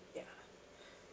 ya